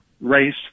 race